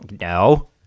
No